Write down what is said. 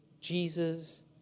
Jesus